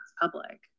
public